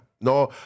no